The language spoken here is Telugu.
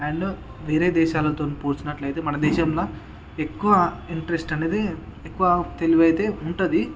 అండ్ వేరే దేశాలతోని పోల్చినట్లయితే మన దేశంలో ఎక్కువ ఇంట్రెస్ట్ అని అయితే ఎక్కువ తెలివైతే ఉంటుంది